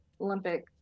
Olympic